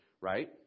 right